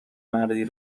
مردی